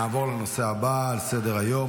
נעבור לנושא הבא על סדר-היום,